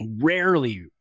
rarely